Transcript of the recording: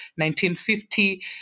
1950